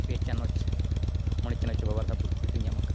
ᱯᱮ ᱪᱟᱱᱟᱪ ᱢᱚᱬᱮ ᱪᱟᱱᱟᱪ ᱨᱮ ᱵᱟᱵᱟᱨ ᱫᱷᱟᱣ ᱵᱷᱚᱨᱛᱤ ᱦᱚᱸᱠᱤᱱ ᱧᱟᱢ ᱟᱠᱟᱫᱼᱟ